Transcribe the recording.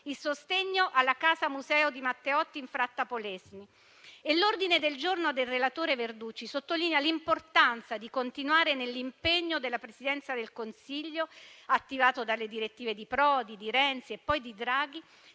il sostegno alla Casa museo di Matteotti in Fratta Polesine. L'ordine del giorno del relatore Verducci sottolinea l'importanza di continuare nell'impegno della Presidenza del Consiglio, attivato dalle direttive di Prodi, di Renzi e poi di Draghi,